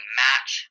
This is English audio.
match